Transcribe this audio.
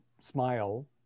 smile